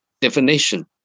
definition